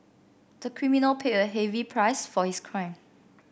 the criminal paid a heavy price for his crime